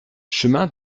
chemin